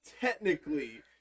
technically